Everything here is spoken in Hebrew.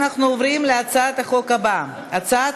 אנחנו עוברים להצעת החוק הבאה: הצעת